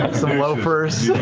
some loafers.